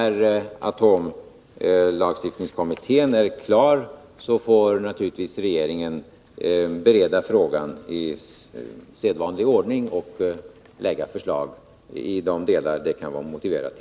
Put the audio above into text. När atomlagstiftningskommittén är klar får regeringen bereda frågan i sedvanlig ordning och lägga fram förslag till riksdagen i de delar där det kan vara motiverat.